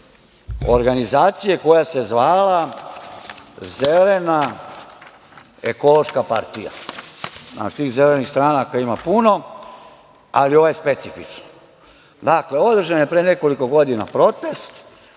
organizacije koja se zvala - Zelena ekološka partija. Tih zelenih stranaka ima puno, ali ova je specifična. Dakle, održan je pre nekoliko godina protest,